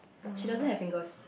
she doesn't have fingers